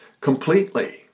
completely